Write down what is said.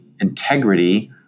integrity